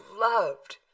loved